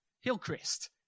Hillcrest